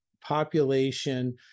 population